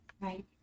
Right